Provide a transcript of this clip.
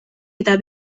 eta